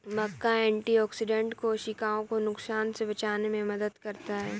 मक्का antioxidant कोशिकाओं को नुकसान से बचाने में मदद करता है